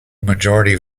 majority